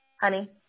Honey